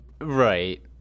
Right